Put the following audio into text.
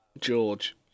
George